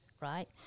right